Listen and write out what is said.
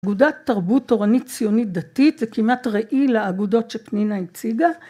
‫אגודת תרבות תורנית-ציונית דתית ‫זה כמעט ראי לאגודות שפנינה הציגה.